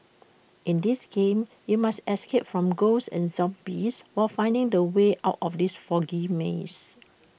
in this game you must escape from ghosts and zombies while finding the way out of these foggy maze